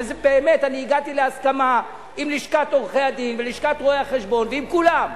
ובאמת הגעתי להסכמה עם לשכת עורכי-הדין ולשכת רואי-חשבון ועם כולם,